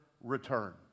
return